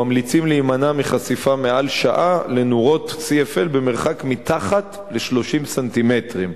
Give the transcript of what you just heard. ממליצים להימנע מחשיפה מעל שעה לנורות CFL במרחק שפחות מ-30 סנטימטרים.